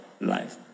life